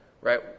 right